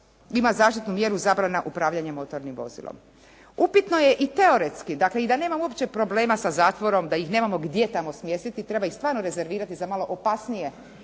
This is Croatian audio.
ima zaštitnu mjeru zabrane upravljanja motornim vozilom. Upitno je i teoretski dakle i da nemamo uopće problema sa zatvorom, da ih nemamo gdje tamo smjestiti treba ih stvarno rezervirati za malo opasnije